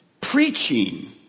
preaching